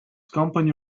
company